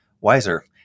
wiser